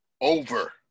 over